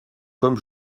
comme